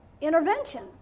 intervention